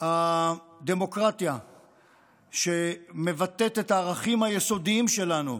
הדמוקרטיה שמבטאת את הערכים היסודיים שלנו,